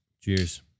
Cheers